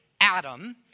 Adam